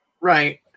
Right